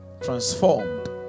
Transformed